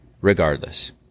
regardless